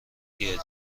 بیاری